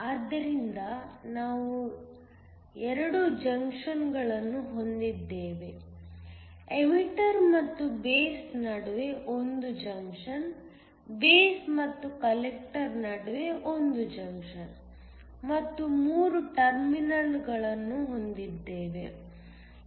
ಆದ್ದರಿಂದ ನಾವು 2 ಜಂಕ್ಷನ್ಗಳನ್ನು ಹೊಂದಿದ್ದೇವೆ ಎಮಿಟರ್ ಮತ್ತು ಬೇಸ್ ನಡುವೆ 1 ಜಂಕ್ಷನ್ ಬೇಸ್ ಮತ್ತು ಕಲೆಕ್ಟರ್ ನಡುವೆ 1 ಜಂಕ್ಷನ್ ಮತ್ತು 3 ಟರ್ಮಿನಲ್ಗಳನ್ನು ಹೊಂದಿದ್ದೇವೆ